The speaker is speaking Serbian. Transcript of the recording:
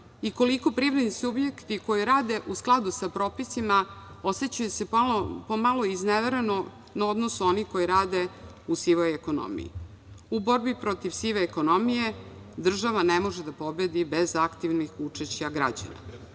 i koliko se privredni subjekti koji rade u skladu sa propisima osećaju pomalo iznevereno u odnosu na one koji rade u sivoj ekonomiji. U borbi protiv sive ekonomije država ne može da pobedi bez aktivnog učešća